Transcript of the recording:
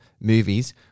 movies